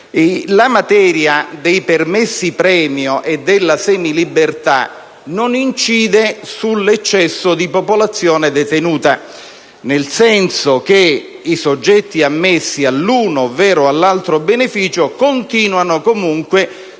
la materia dei permessi premio e della semilibertà non incide sull'eccesso di popolazione detenuta. I soggetti ammessi all'uno ovvero all'altro beneficio continuano, comunque,